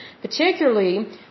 particularly